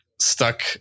stuck